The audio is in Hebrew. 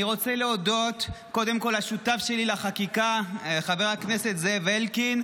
אני רוצה להודות קודם כול לשותף שלי לחקיקה חבר הכנסת זאב אלקין,